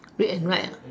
read and write lah